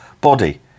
body